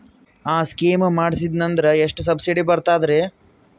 ಆ ಸ್ಕೀಮ ಮಾಡ್ಸೀದ್ನಂದರ ಎಷ್ಟ ಸಬ್ಸಿಡಿ ಬರ್ತಾದ್ರೀ?